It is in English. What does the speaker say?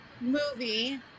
movie